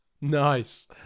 nice